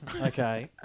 okay